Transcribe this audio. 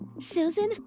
Susan